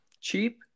cheap